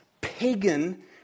pagan